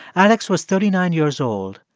alex was thirty nine years old,